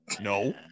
No